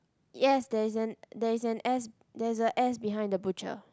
yes there is an there is an S there is a S behind the butcher